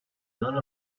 none